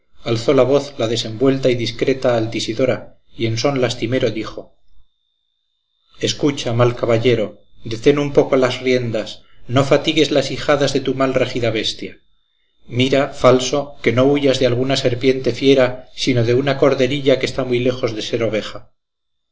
alzó la voz la desenvuelta y discreta altisidora y en son lastimero dijo escucha mal caballero detén un poco las riendas no fatigues las ijadas de tu mal regida bestia mira falso que no huyas de alguna serpiente fiera sino de una corderilla que está muy lejos de oveja